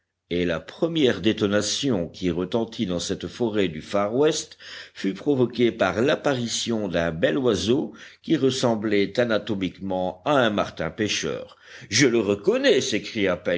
et la première détonation qui retentit dans cette forêt du far west fut provoquée par l'apparition d'un bel oiseau qui ressemblait anatomiquement à un martin pêcheur je le reconnais s'écria